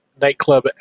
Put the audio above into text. nightclub